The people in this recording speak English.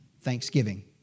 thanksgiving